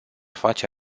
face